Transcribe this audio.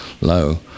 Low